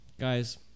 guys